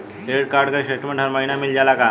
Credit card क statement हर महिना मिल जाला का?